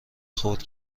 خرد